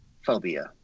phobia